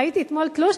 ראיתי אתמול תלוש,